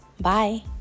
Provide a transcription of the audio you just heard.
Bye